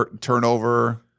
turnover